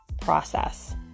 process